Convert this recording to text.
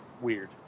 weird